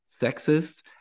sexist